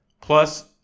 Plus